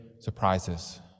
surprises